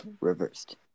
reversed